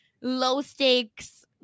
low-stakes